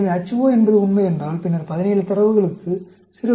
எனவே Ho என்பது உண்மை என்றால் பின்னர் 17 தரவுகளுக்கு 0